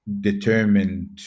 determined